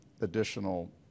additional